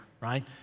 Right